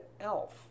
Elf